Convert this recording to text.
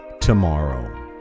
tomorrow